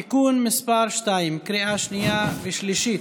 (תיקון מס' 2) בקריאה שנייה ושלישית.